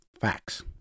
Facts